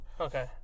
Okay